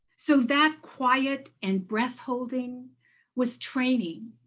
so that quiet and breath-holding was training.